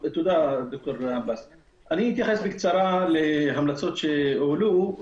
אתייחס בקצרה להמלצות שהועלו.